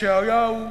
ישעיהו,